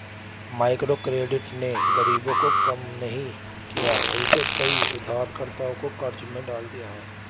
microcredit ने गरीबी को कम नहीं किया उलटे कई उधारकर्ताओं को कर्ज में डाल दिया है